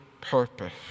purpose